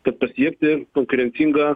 kad pasiekti konkurencingą